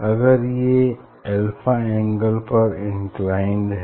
अगर ये alpha angle पर इनक्लाइंड हैं